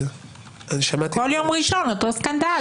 כל יום ראשון אותו סקנדל.